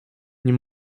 nie